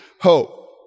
hope